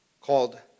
called